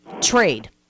Trade